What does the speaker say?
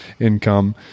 income